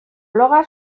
bloga